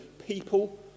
people